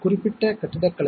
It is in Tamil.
இல்லை